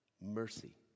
mercy